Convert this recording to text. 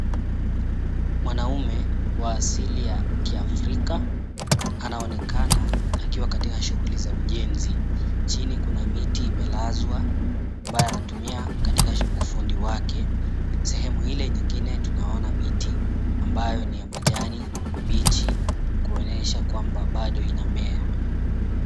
Mwanaume wa asili ya kiAfrika anaonekana akiwa katika shughuli za ujenzi, chini kuna miti imelazwa ambayo anatumia katika ufundi wake sehemu ile ingine tunaona mti ambayo ni ya majina mabichi kuonyesha kwamba bado inamea.